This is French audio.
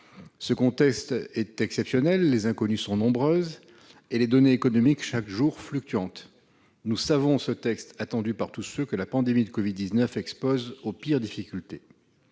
Le contexte est exceptionnel : les inconnues sont nombreuses et les données économiques chaque jour fluctuantes. Nous savons ce texte attendu par tous ceux que la pandémie de Covid-19 expose aux pires difficultés.